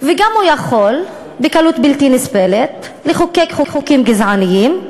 וגם הוא יכול בקלות בלתי נסבלת לחוקק חוקים גזעניים,